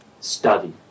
study